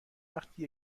وقتی